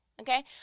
Okay